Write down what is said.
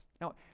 Now